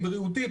בריאותי,